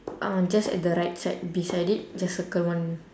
um just at the right side beside it just circle one